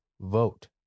vote